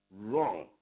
wrong